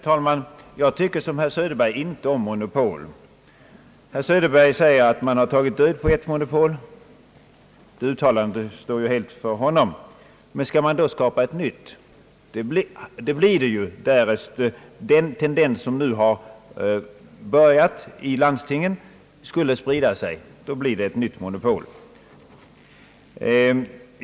Herr talman! Jag tycker i likhet med herr Söderberg inte om monopol. Herr Söderberg säger att man har tagit död på ett monopol. Det uttalandet får stå helt för honom. Men skall man då skapa ett nytt? Därest den tendens som nu har börjat visa sig i landstingen skulle sprida sig, blir det ju fråga om ett nytt monopol.